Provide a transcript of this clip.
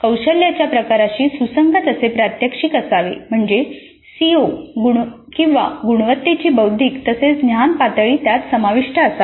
कौशल्याच्या प्रकाराशी सुसंगत असे प्रात्यक्षिक असावे म्हणजेच सिओ गुणवत्तेची बौद्धिक तसेच ज्ञान पातळी त्यात समाविष्ट असावी